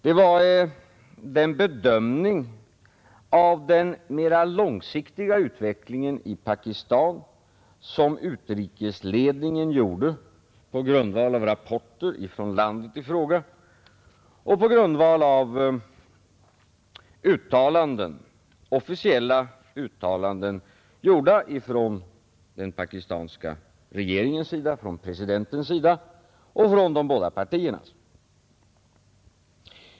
Det var den bedömning av den mera långsiktiga utvecklingen i Pakistan som utrikesledningen gjorde på grundval av rapporter från landet i fråga och på grundval av officiella uttalanden, gjorda av den pakistanska regeringen, presidenten och de båda partierna.